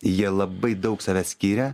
jie labai daug savęs skiria